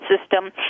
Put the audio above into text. system